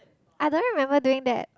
I don't remember doing that